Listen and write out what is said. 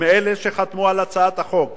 מאלה שחתמו על הצעת החוק,